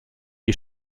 est